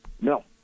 No